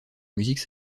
musique